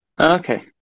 okay